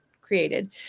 created